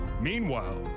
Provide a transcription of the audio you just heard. Meanwhile